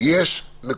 ואני